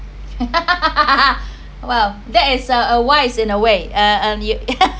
!wow! that is a a wise in a way uh um you